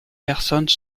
personnes